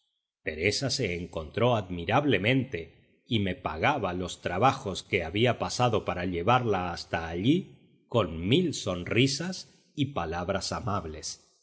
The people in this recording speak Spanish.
teresa se encontró admirablemente y me pagaba los trabajos que había pasado para llevarla hasta allí con mil sonrisas y palabras amables